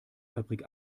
fabrik